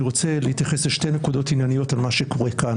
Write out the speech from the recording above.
אני רוצה להתייחס לשתי נקודות ענייניות על מה שקורה כאן,